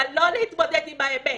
אבל לא להתמודד עם האמת.